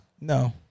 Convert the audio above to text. No